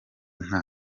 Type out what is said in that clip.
nta